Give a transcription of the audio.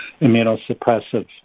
immunosuppressive